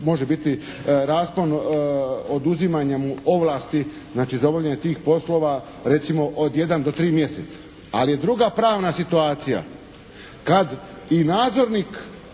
može biti raspon oduzimanja mu ovlasti znači za obavljanje tih poslova recimo od jedan do tri mjeseca. Ali je druga pravna situacija kada i nadzornik,